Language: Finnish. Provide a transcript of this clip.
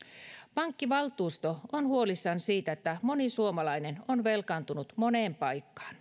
pankkivaltuusto on huolissaan siitä että moni suomalainen on velkaantunut moneen paikkaan